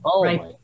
right